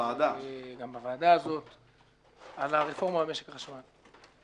וגם בוועדה הזו על הרפורמה במשק החשמל.